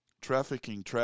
trafficking